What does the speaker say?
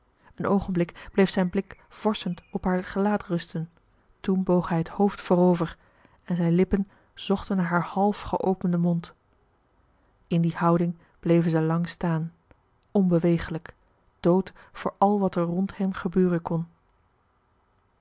een oogenblik bleef zijn blik vorschend op haar gelaat rusten toen boog hij t hoofd voorover en zijn lippen zochten haar half geopenden mond in die houding bleven zij lang staan onbewegelijk dood voor al wat er rond hen gebeuren kon